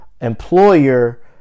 employer